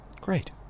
Great